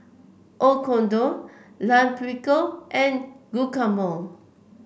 Oyakodon Lime Pickle and Guacamole